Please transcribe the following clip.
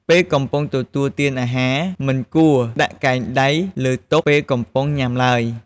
ពេលកំពុងទទួលទានអាហារ មិនគួរដាក់កែងដៃលើតុពេលកំពុងញុំាឡើយ។